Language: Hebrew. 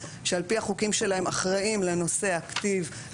שעל פי החוקים שלהם אחראים לנושא הכתיב,